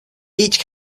each